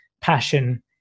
passion